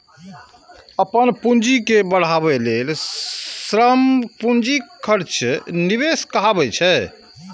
अपन पूंजी के बढ़ाबै लेल समय, श्रम, पूंजीक खर्च निवेश कहाबै छै